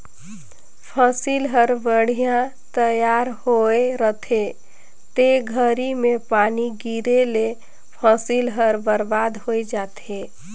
फसिल हर बड़िहा तइयार होए रहथे ते घरी में पानी गिरे ले फसिल हर बरबाद होय जाथे